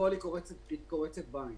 בפועל היא קורצת בעין,